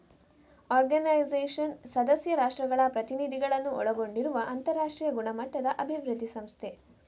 organisation ಸದಸ್ಯ ರಾಷ್ಟ್ರಗಳ ಪ್ರತಿನಿಧಿಗಳನ್ನ ಒಳಗೊಂಡಿರುವ ಅಂತರಾಷ್ಟ್ರೀಯ ಗುಣಮಟ್ಟದ ಅಭಿವೃದ್ಧಿ ಸಂಸ್ಥೆ